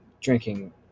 drinking